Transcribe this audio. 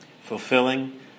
fulfilling